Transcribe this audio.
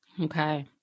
Okay